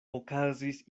okazis